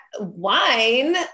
wine